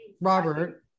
Robert